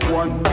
one